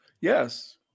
Yes